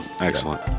Excellent